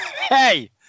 Hey